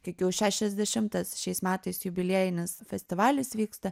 kiek jau šešiasdešimtas šiais metais jubiliejinis festivalis vyksta